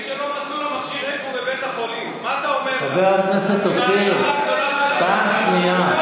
מה אתה אומר לאזרחית שלא מצאו לה מכשיר אקמו בבית החולים?